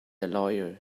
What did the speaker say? loyal